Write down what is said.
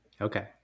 Okay